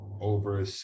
over